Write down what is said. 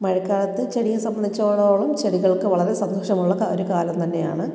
മഴക്കാലത്ത് ചെടിയെ സംബന്ധിച്ചോളോളം ചെടികൾക്ക് വളരെ സന്തോഷമുള്ള കാ ഒരു കാലം തന്നെയാണ്